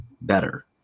better